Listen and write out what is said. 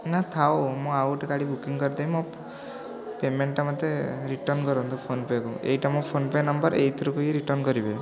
ନା ଥାଉ ମୁଁ ଆଉ ଗୋଟେ ଗାଡ଼ି ବୁକିଙ୍ଗ୍ କରିଦେମି ମୋ ପେମେଣ୍ଟ୍ଟା ମୋତେ ରିଟର୍ଣ୍ଣ କରନ୍ତୁ ଫୋନ୍ ପେ'କୁ ଏଇଟା ମୋ ଫୋନ୍ ପେ' ନମ୍ବର୍ ଏଇଥିରୁକୁ ହିଁ ରିଟର୍ଣ୍ଣ କରିବେ